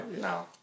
no